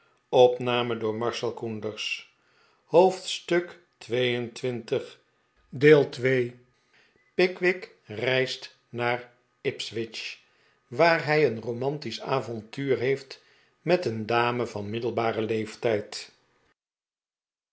pickwick reist naar ipswich waar hij een romantisch avontuur heeft met een dame van middelbaren leeftijd